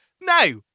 Now